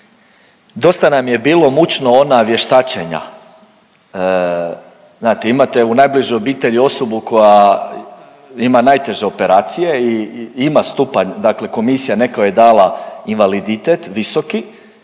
dosta nam je bilo mučno ona vještačenja, znate, imate u najbližoj obitelji osobu koja najteže operacije i ima stupanj, dakle komisija, netko je dala invaliditet visoki